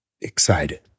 excited